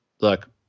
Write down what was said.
look